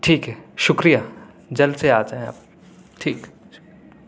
ٹھیک ہے شکریہ جلد سے آ جائیں آپ ٹھیک ہے شکریہ